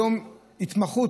היום התמחות,